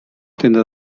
tenda